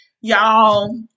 Y'all